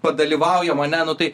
padalyvaujam ane nu tai